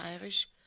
irish